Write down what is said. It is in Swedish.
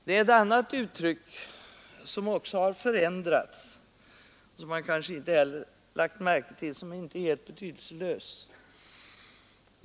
Det är ett annat uttryck som också har förändrats. Det har man kanske inte heller lagt märke till, men det är inte helt betydelselöst.